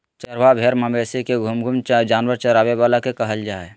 चरवाहा भेड़ मवेशी के घूम घूम जानवर चराबे वाला के कहल जा हइ